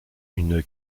une